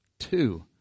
Two